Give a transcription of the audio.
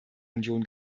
union